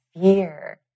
fear